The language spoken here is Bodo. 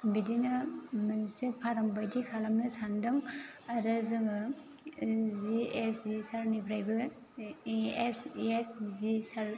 बिदिनो मोनसे फार्मबादि खालामनो सान्दों आरो जोङो जिएससि सारनिफ्रायबो इएसइएस जि सार